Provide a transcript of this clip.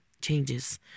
changes